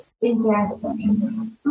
Interesting